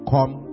Come